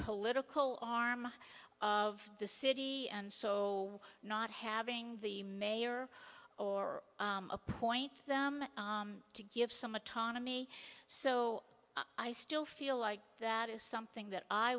political arm of the city and so not having the mayor or appoint them to give some autonomy so i still feel like that is something that i